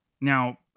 Now